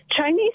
Chinese